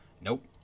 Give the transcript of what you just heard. Nope